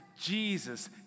Jesus